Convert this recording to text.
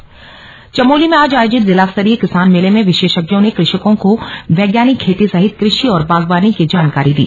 किसान मेला चमोली चमोली में आज आयोजित जिलास्तरीय किसान मेले में विशेषज्ञों ने कृषकों को वैज्ञानिक खेती सहित कृषि और बागवानी की जानकारी दी